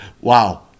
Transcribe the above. wow